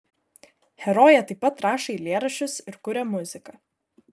herojė taip pat rašo eilėraščius ir kuria muziką